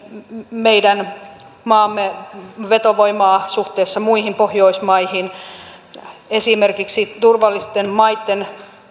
meidän maamme vetovoimaa suhteessa muihin pohjoismaihin esimerkiksi turvallisten maitten